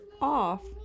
off